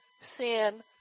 sin